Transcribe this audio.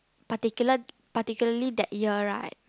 particular particularly that year right